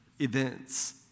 events